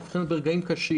ודמוקרטיה נבחנת ברגעים קשים